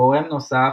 גורם נוסף,